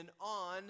on